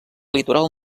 litoral